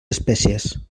espècies